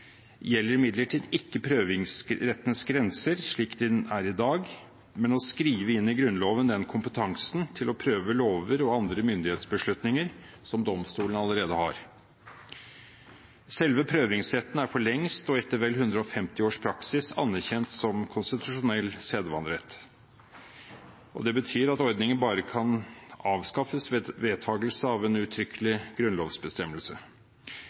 gjelder imidlertid ikke prøvingsrettens grenser, slik den er i dag, men å skrive inn i Grunnloven den kompetansen til å prøve lover og andre myndighetsbeslutninger som domstolen allerede har. Selve prøvingsretten er for lengst – og etter vel 150 års praksis – anerkjent som konstitusjonell sedvanerett, og det betyr at ordningen bare kan avskaffes ved vedtagelse av en uttrykkelig grunnlovsbestemmelse.